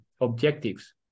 objectives